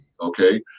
Okay